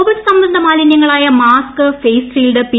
Covid സംബന്ധ മാലിന്യങ്ങളായ mask face shield P